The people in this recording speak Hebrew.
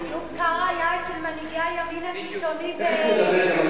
איוב קרא היה אצל מנהיגי הימין הקיצוני באירופה.